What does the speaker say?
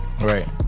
Right